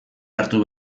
hartu